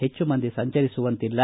ಹೆಚ್ಚು ಮಂದಿ ಸಂಚರಿಸುವಂತಿಲ್ಲ